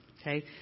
okay